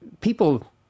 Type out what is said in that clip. people